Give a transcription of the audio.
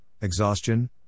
exhaustion